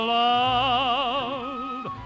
love